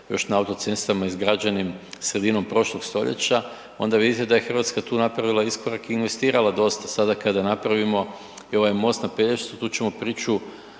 još na autocestama izgrađenim sredinom prošlog stoljeća, onda vidite da je Hrvatska tu napravila iskorak i investirala dosta, sada kada napravimo i ovaj most na Pelješcu, tu ćemo priču